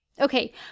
Okay